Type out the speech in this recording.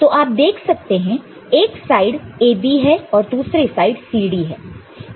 तो आप देख सकते हैं एक साइड AB है और दूसरे साइड CD है